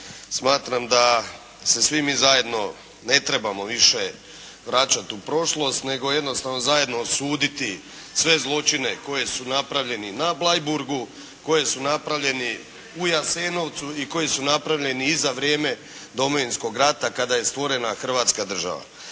Smatram da se svi mi zajedno ne trebamo više vraćati u prošlost, nego jednostavno zajedno osuditi sve zločine koje su napravljeni na Bleiburgu, koje su napravljeni u Jasenovcu i koji su napravljeni i za vrijeme Domovinskog rata, kada je stvorena Hrvatska država.